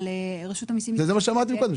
זה מה שאמרתי מקודם.